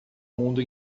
mundo